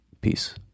peace